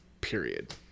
Period